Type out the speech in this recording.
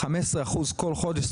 15% כל חודש,